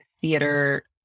theater